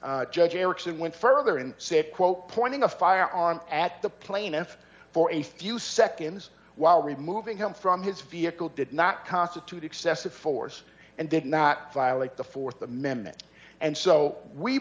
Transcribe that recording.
d judge erickson went further and said quote pointing a fire on at the plaintiff for a few seconds while removing him from his vehicle did not constitute excessive force and did not violate the th amendment and so we